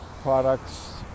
products